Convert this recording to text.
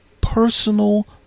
personal